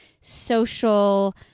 social